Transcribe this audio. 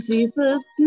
Jesus